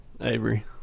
Avery